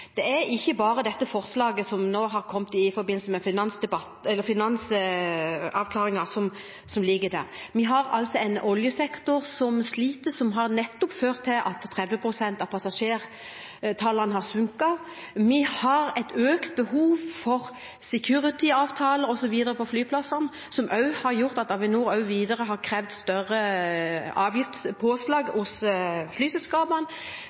Det er ikke bare dette forslaget som har kommet i forbindelse med finansavklaringen, som ligger der. Vi har en oljesektor som sliter, og det har ført til at passasjertallet har sunket med 30 pst. Det er et økt behov for «security»-avtaler osv. på flyplassene, som også har gjort at Avinor har krevd større avgiftspåslag fra flyselskapene.